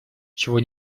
чего